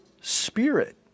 spirit